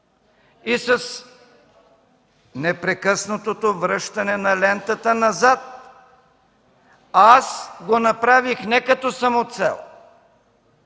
и с непрекъснатото връщане лентата назад. Аз го направих не като самоцел,